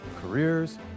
careers